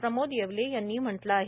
प्रमोद येवले यांनी म्हटलं आहे